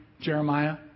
Jeremiah